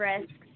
risks